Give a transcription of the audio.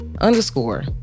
Underscore